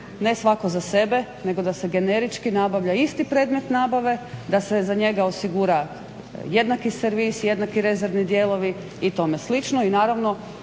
ne svako za sebe, nego da se generički nabavlja isti predmet nabave, da se za njega osigura jednaki servis, jednaki rezervni dijelovi i tome slično. I naravno